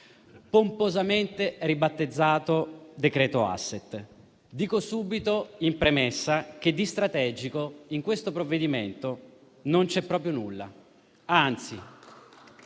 pomposamente ribattezzato decreto *asset.* Dico subito in premessa che di strategico in questo provvedimento non c'è proprio nulla